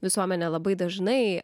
visuomenė labai dažnai